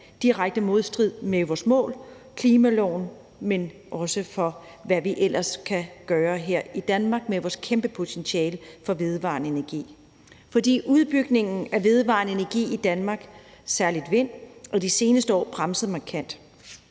direkte modstrid med vores mål i klimaloven, men også være en hæmsko for, hvad vi ellers kan gøre her i Danmark med vores kæmpe potentiale for vedvarende energi. For udbygningen af vedvarende energi i Danmark – særlig vind – er i de seneste år bremset markant.